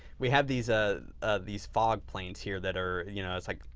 we have these ah ah these fog planes here that are, you know, it's like,